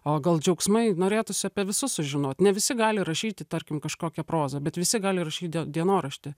o gal džiaugsmai norėtųsi apie visus sužinot ne visi gali rašyti tarkim kažkokią prozą visi gali rašyt die dienoraštį